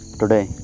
today